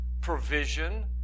provision